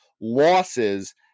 losses